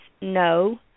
no